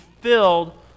filled